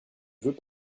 veux